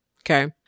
okay